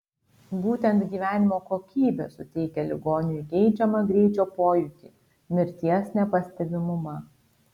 būtent gyvenimo kokybė suteikia ligoniui geidžiamą greičio pojūtį mirties nepastebimumą